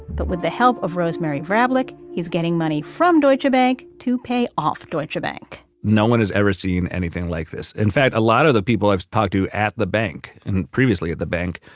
but with the help of rosemary vrablic, he's getting money from deutsche bank to pay off deutsche bank no one has ever seen anything like this. in fact, a lot of the people i've talked to at the bank and previously at the bank,